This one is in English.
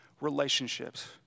relationships